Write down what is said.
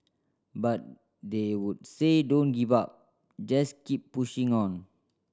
but they would say don't give up just keep pushing on